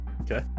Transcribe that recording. Okay